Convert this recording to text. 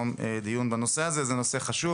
30 שנה זה הזמן שחלף